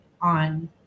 on